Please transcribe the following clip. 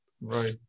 Right